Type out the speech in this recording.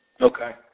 Okay